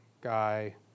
guy